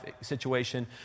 situation